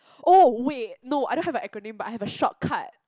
oh wait no I don't have an acronym but I have a shortcut